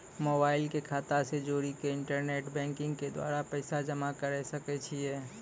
Mobile के खाता से जोड़ी के इंटरनेट बैंकिंग के द्वारा पैसा जमा करे सकय छियै?